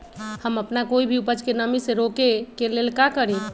हम अपना कोई भी उपज के नमी से रोके के ले का करी?